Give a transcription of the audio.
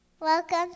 Welcome